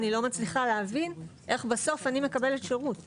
אני לא מצליחה להבין איך בסוף אני מקבלת שירות כאזרח.